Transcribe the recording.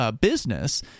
business